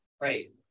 right